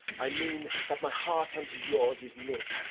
i mean that my heart unto yours is knit,